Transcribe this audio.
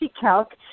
calc